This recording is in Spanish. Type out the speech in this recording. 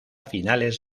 finales